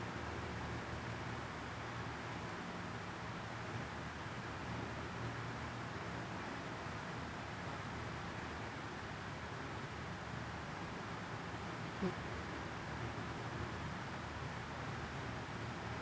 mm